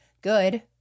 good